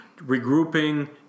regrouping